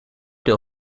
deel